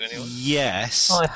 yes